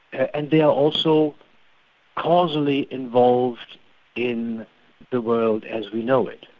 and they are also causally involved in the world as we know it.